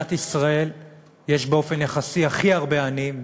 במדינת ישראל יש באופן יחסי הכי הרבה עניים